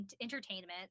entertainment